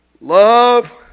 love